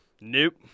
Nope